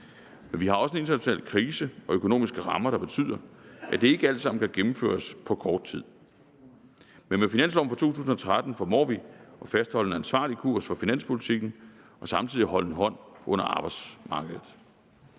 VKO. Vi har også en international krise og økonomiske rammer, der betyder, at det ikke alt sammen kan gennemføres på kort tid. Men med finansloven for 2013 formår vi at fastholde en ansvarlig kurs for finanspolitikken og samtidig holde en hånd under arbejdsmarkedet.